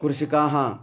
कृषकाः